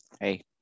Hey